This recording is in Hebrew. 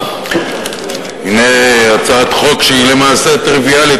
הנה הצעת חוק שהיא למעשה טריוויאלית.